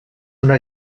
una